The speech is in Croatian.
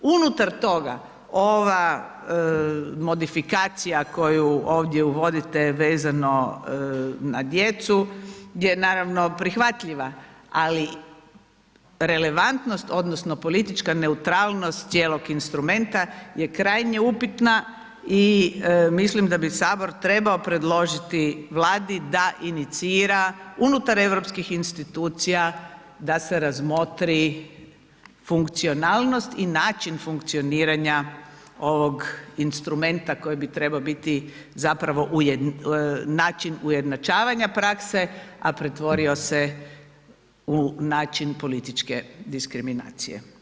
Unutar toga ova modifikacija koju ovdje uvodite vezano na djecu gdje je naravno prihvatljiva, ali relevantnost odnosno politička neutralnost cijelog instrumenta je krajnje upitna i mislim da bi HS trebao predložiti Vladi da inicira unutar europskih institucija da se razmotri funkcionalnost i način funkcioniranja ovog instrumenta koji bi trebao biti zapravo način ujednačavanja prakse, a pretvorio se u način političke diskriminacije.